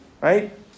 right